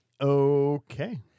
Okay